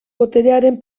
boterearen